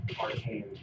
arcane